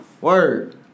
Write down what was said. word